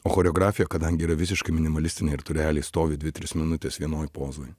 o choreografija kadangi yra visiškai minimalistinė ir tu realiai stovi dvi tris minutes vienoj pozoj